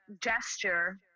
gesture